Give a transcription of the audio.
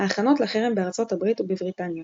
ההכנות לחרם בארצות הברית ובבריטניה